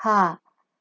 !huh!